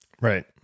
Right